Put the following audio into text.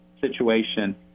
situation